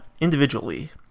individually